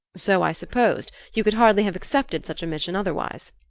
so i supposed you could hardly have accepted such a mission otherwise.